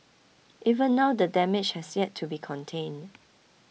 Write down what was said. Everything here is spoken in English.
even now the damage has yet to be contained